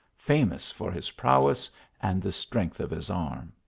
famous for his prowess and the strength of his arm.